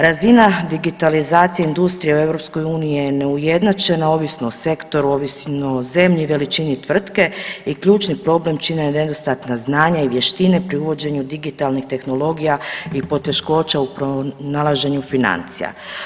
Razina digitalizacije industrije u EU je neujednačena ovisno o sektoru, ovisno o zemlji, veličini tvrtke i ključni problem čine nedostatna znanja i vještine pri uvođenju digitalnih tehnologija i poteškoća u pronalaženju financija.